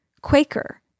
Quaker